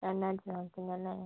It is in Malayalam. രണ്ടായിരത്തി അല്ലേ